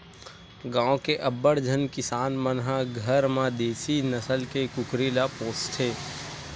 गाँव के अब्बड़ झन किसान मन ह घर म देसी नसल के कुकरी ल पोसथे